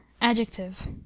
Adjective